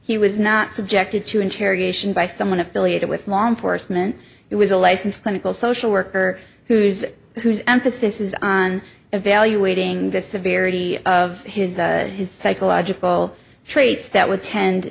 he was not subjected to interrogation by someone affiliated with law enforcement it was a licensed clinical social worker whose whose emphasis is on evaluating the severely of his his psychological traits that would tend